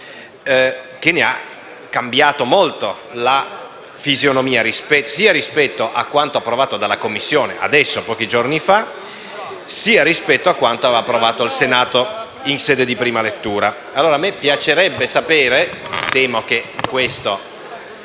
ne ha cambiato molto la fisionomia sia rispetto a quanto approvato dalla Commissione pochi giorni fa, sia rispetto a quanto aveva approvato il Senato in sede di prima lettura. Mi piacerebbe sapere, ma temo che questa